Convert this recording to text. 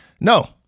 No